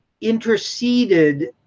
interceded